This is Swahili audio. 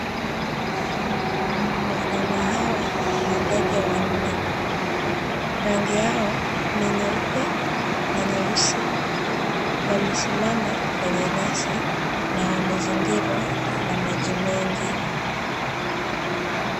Wanyama hawa ni ndege wanne. Rangi yao ni nyeupe na nyeusi. Wamesimama kwenye nyasi na wamezingirwa na maji mengi.